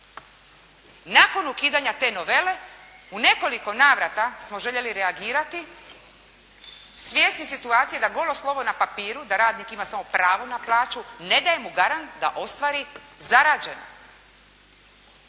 Nakon ukidanja te novele u nekoliko navrata smo željeli reagirati svjesni situacije da golo slovo na papiru, da radnik ima samo pravo na plaću, ne daje mu garant da ostvari zarađeno.